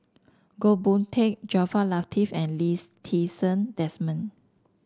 Goh Boon Teck Jaafar Latiff and Lees Ti Seng Desmond